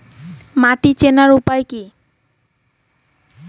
মাটি চেনার উপায় কি?